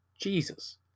Jesus